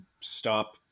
stop